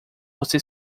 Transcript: você